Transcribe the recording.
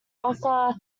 offer